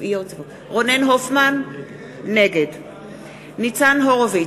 נגד ניצן הורוביץ,